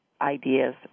ideas